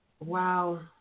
Wow